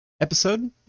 episode